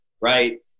right